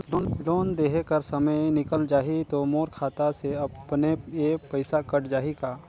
Loan देहे कर समय निकल जाही तो मोर खाता से अपने एप्प पइसा कट जाही का?